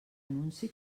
anunci